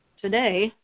Today